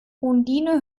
undine